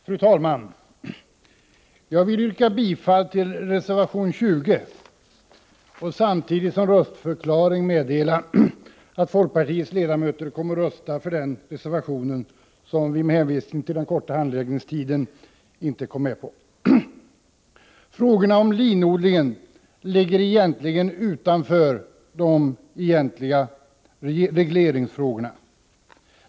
Fru talman! Jag vill yrka bifall till reservation 20 och samtidigt som röstförklaring meddela att folkpartiets ledamöter kommer att rösta för den reservationen som folkpartiet på grund av den korta handläggningstiden i utskottet inte kom med på. Frågan om linodlingen ligger egentligen utanför regleringsfrågorna.